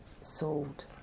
Sold